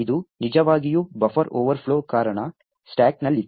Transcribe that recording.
ಇದು ನಿಜವಾಗಿಯೂ buffer overflow ಕಾರಣ ಸ್ಟಾಕ್ನಲ್ಲಿತ್ತು